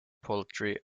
poultry